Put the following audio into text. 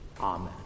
Amen